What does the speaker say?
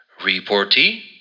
reportee